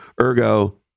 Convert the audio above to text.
Ergo